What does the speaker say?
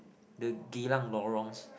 the Geylang-lorongs